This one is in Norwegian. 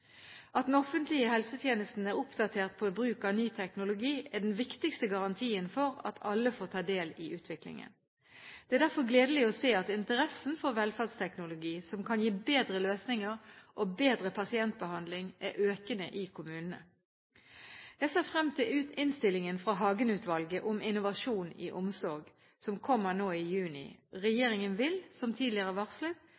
At den offentlige helsetjenesten er oppdatert på bruk av ny teknologi, er den viktigste garantien for at alle får ta del i utviklingen. Det er derfor gledelig å se at interessen for velferdsteknologi, som kan gi bedre løsninger og bedre pasientbehandling, er økende i kommunene. Jeg ser frem til innstillingen fra Hagen-utvalget om innovasjon i omsorg, som kommer nå i juni.